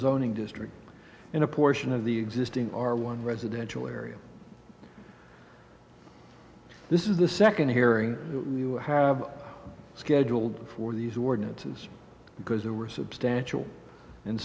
zoning district in a portion of the existing our one residential area this is the second hearing we have scheduled for these ordinances because there were substantial and